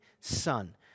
Son